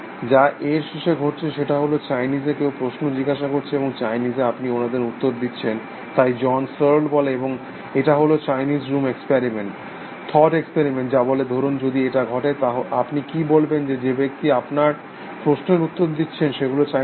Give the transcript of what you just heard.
যা এর শেষে ঘটছে সেটা হল চাইনিজ এ কেউ প্রশ্ন জিজ্ঞাসা করছে এবং চাইনিজে আপনি ওনাদের উত্তর দিচ্ছেন তাই জন সিয়ারেল বলে এবং এটা হল Chinese room experiment thought experiment যা বলে ধরুন যদি এটা ঘটে আপনি কি বলবেন যে যে ব্যক্তি আপনার প্রশ্নের উত্তর দিচ্ছেন সেগুলো চাইনিজ